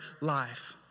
life